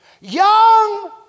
young